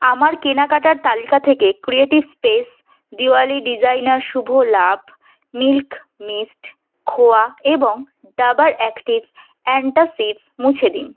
আমার কেনাকাটার তালিকা থেকে creative space Diwali designer Shubh Labh milk mist khoya এবং ডাবর অ্যাক্টিভস অ্যান্টাসিডস মুছে দিন